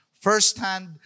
firsthand